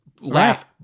Laugh